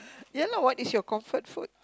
ya lah what is your comfort food